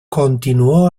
continuó